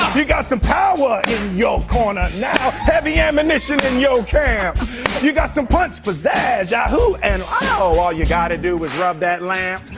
you got some power in your corner now heavy ammunition in your camp you got some punch, pizzazz, yahoo, and ow all you got to do is rub that lamp